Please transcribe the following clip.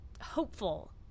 hopeful